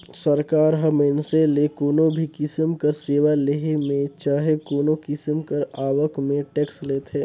सरकार ह मइनसे ले कोनो भी किसिम कर सेवा लेहे में चहे कोनो किसिम कर आवक में टेक्स लेथे